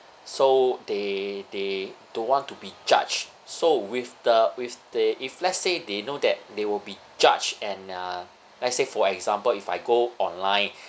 so they they don't want to be judged so with the with the if let's say they know that they will be judged and uh let's say for example if I go online